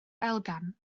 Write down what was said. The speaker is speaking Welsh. elgan